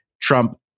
Trump